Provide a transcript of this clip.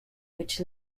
which